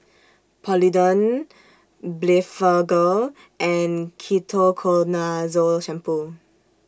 Polident Blephagel and Ketoconazole Shampoo